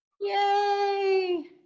Yay